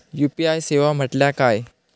UPI सेवा म्हटल्या काय?